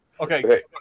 Okay